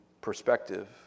perspective